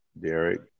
Derek